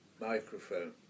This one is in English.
Microphone